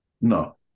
No